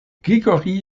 grégory